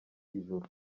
ijuru